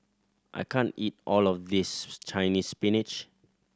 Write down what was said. I can't eat all of this Chinese Spinach